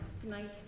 tonight